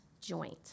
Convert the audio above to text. joint